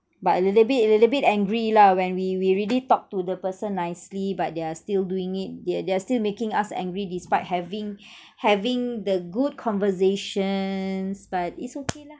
but a little bit a little bit angry lah when we we already talked to the person nicely but they are still doing it they they are still making us angry despite having having the good conversations but it's okay lah